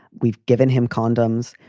we've given him condoms.